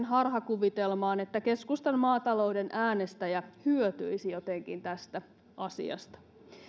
harhakuvitelmaan että keskustan maatalouden äänestäjä hyötyisi jotenkin tästä asiasta